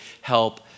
help